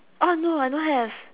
oh no I don't have